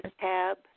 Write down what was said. tab